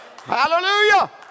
Hallelujah